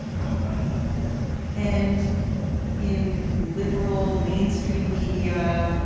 i want nothing and in liberal mainstream media,